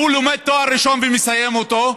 ההוא לומד לתואר ראשון ומסיים אותו,